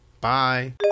bye